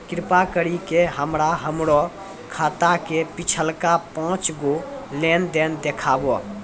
कृपा करि के हमरा हमरो खाता के पिछलका पांच गो लेन देन देखाबो